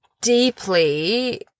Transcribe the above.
deeply